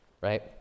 right